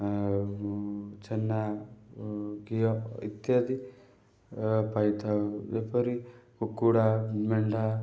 ଆଉ ଛେନା ଘିଅ ଇତ୍ୟାଦି ପାଇଥାଉ ଯେପରି କୁକୁଡ଼ା ମେଣ୍ଢା